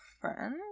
friend